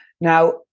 Now